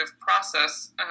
process